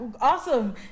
awesome